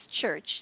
church